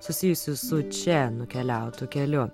susijusiu su če nukeliautu keliu